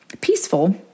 peaceful